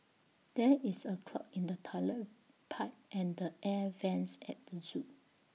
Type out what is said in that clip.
there is A clog in the Toilet Pipe and the air Vents at the Zoo